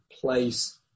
place